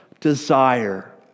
desire